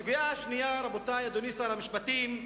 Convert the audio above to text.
הסוגיה השנייה, רבותי, אדוני שר המשפטים,